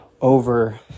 over